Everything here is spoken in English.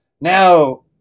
Now